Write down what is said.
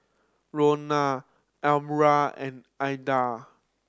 Ronan Almyra and Aidan